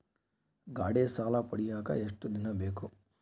ಗಾಡೇ ಸಾಲ ಪಡಿಯಾಕ ಎಷ್ಟು ದಿನ ಬೇಕು?